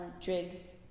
Driggs